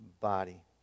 body